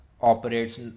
operates